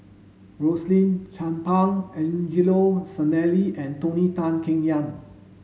Rosaline Chan Pang Angelo Sanelli and Tony Tan Keng Yam